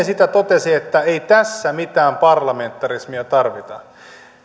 sitä hän totesi että ei tässä mitään parlamentarismia tarvita